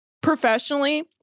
professionally